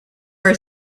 are